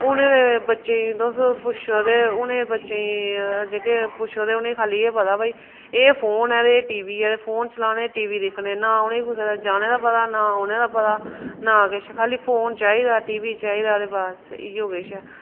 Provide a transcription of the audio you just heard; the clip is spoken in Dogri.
हूनै दे बच्चें गी तुस पुच्छो ते हूनै बच्चें गी जेह्के पुच्छो ते उ'नें खा'ल्ली एह् पता भाई एह् फोन ऐ ते एह् टी वी ऐ ते फोन चलाने टी वी दिक्खने ना उ'नें कुसै दे जाने दा पता ना औने दा पता ना किश खाल्ली फोन चाहिदा टी वी चाहिदा ते बस इ'यो किश